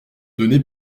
données